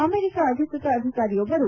America ಅಧಿಕೃತ ಅಧಿಕಾರಿಯೊಬ್ಬರು